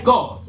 God